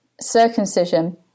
circumcision